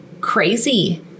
crazy